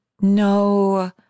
no